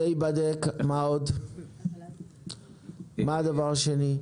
מה הדבר השני?